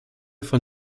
von